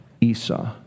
Esau